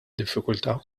diffikultà